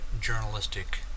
journalistic